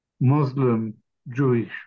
Muslim-Jewish